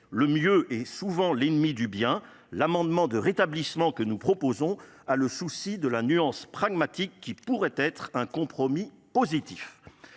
le mieux est souvent l'ennemi du bien l'amendement de rétablissement que nous proposons a le souci de la nuance de la nuance pragmatique qui pourrait être un compromission